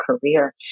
career